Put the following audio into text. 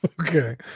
Okay